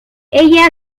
ella